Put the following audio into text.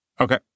Okay